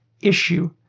issue